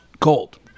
Cold